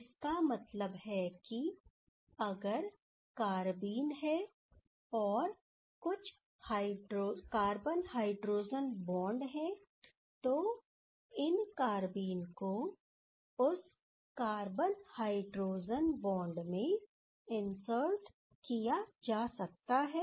इसका मतलब है कि अगर कारबीन है और कुछ कार्बन हाइड्रोजन बॉन्ड हैं तो इन कारबीन को उस कार्बन हाइड्रोजन बॉन्ड में इंसर्ट किया जा सकता है